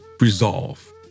resolve